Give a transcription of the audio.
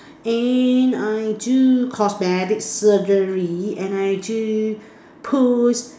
and I do cosmetics surgery and I do push